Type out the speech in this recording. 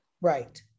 right